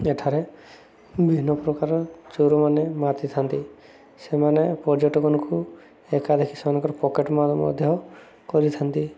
ଏଠାରେ ବିଭିନ୍ନ ପ୍ରକାର ଚୋର ମାନେ ମାତିଥାନ୍ତି ସେମାନେ ପର୍ଯ୍ୟଟକଙ୍କୁ ଏକା ଧଖି ସେମାନଙ୍କର ପକେଟ୍ ମାର ମଧ୍ୟ କରିଥାନ୍ତି